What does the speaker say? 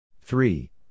Three